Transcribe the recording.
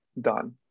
done